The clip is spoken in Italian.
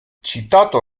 citato